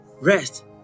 rest